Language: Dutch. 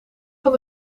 van